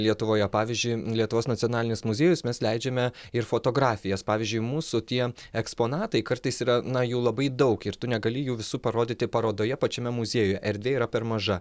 lietuvoje pavyzdžiui lietuvos nacionalinis muziejus mes leidžiame ir fotografijas pavyzdžiui mūsų tie eksponatai kartais yra na jų labai daug ir tu negali jų visų parodyti parodoje pačiame muziejuje erdvė yra per maža